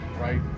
right